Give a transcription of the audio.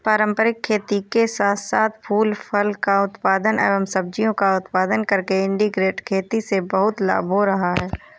पारंपरिक खेती के साथ साथ फूल फल का उत्पादन एवं सब्जियों का उत्पादन करके इंटीग्रेटेड खेती से बहुत लाभ हो रहा है